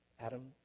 Adam